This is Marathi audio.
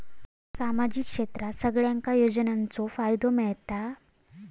सामाजिक क्षेत्रात सगल्यांका योजनाचो फायदो मेलता?